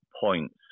points